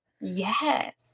Yes